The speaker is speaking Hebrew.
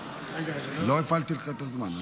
לא הפעלתי לך את הזמן,